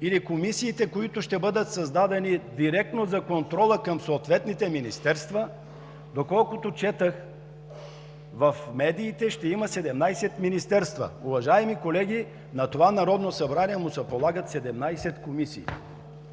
или комисиите, които ще бъдат създадени, са директно за контрол към съответните министерства. Доколкото четох в медиите, ще има 17 министерства. Уважаеми колеги, на това Народно събрание му се полагат 17 комисии.